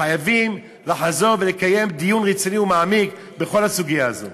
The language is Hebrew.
שחייבים לחזור ולקיים דיון רציני ומעמיק בכל הסוגיה הזאת.